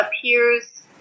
appears